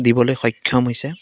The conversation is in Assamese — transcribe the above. দিবলৈ সক্ষম হৈছে